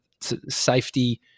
safety